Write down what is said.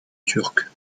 turc